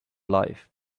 life